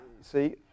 see